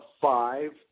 five